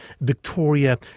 Victoria